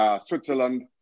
Switzerland